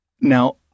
Now